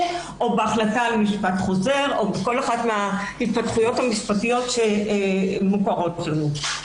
או בהחלטה על משפט חוזר או בכל אחת מן ההתפתחויות המשפטיות שמוכרות לנו,